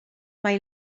mae